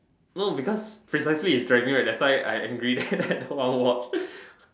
no because precisely its dragging right thats why I angry then I don't want watch